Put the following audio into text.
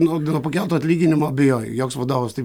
nuo nuo pakelto atlyginimo abejoju joks vadovas taip